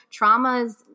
traumas